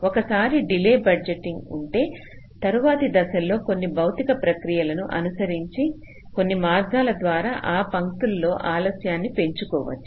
ఒకసారి delay budgeting ఉంటే తరువాతి దశలో కొన్ని భౌతిక ప్రక్రియలను అనుసరించి కొన్ని మార్గాల ద్వారా ఆ పంక్తులలో ఆలస్యాన్ని పెంచుకోవచ్చు